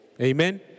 Amen